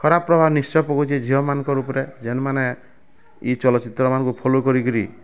ଖରାପ ପ୍ରଭାବ ନିଶ୍ଚୟ ପକଉଛି ଝିଅ ମାନଙ୍କର୍ ଉପରେ ଯେନ୍ ମାନେ ଇ ଚଲଚିତ୍ର ମାନଙ୍କୁ ଫଲୋ କରିକିରି